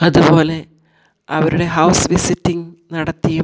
അതുപോലെ അവരുടെ house visiting നടത്തിയും